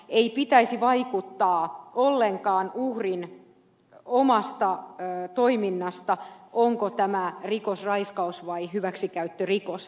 ei pitäisi ollenkaan uhrin oman toiminnan vaikuttaa siihen onko rikos raiskaus vai hyväksikäyttörikos